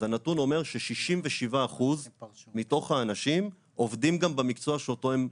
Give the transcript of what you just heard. אז הנתון אומר ש-67% מתוך האנשים עובדים גם במקצוע שבו הם הוכשרו.